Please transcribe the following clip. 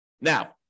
Now